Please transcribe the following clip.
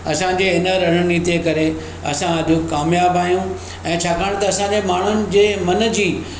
असांजे हिन रणनीतिअ जे करे असां अॼु कामयाबु आहियूं ऐं छाकाणि त असांजे माण्हुनि जे मन जी